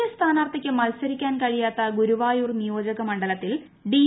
A സ്ഥാനാർത്ഥിക്ക് മത്സരിക്കാൻ കഴിയാത്ത ഗുരുവായൂർ നിയോജക മണ്ഡലത്തിൽ ഡി